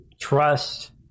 trust